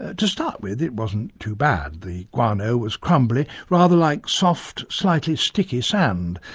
to start with it wasn't too bad. the guano was crumbly, rather like soft slightly sticky sand,